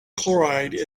chloride